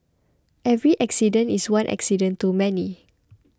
every accident is one accident too many